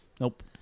Nope